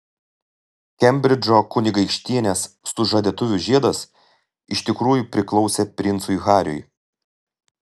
kembridžo kunigaikštienės sužadėtuvių žiedas iš tikrųjų priklausė princui hariui